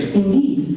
indeed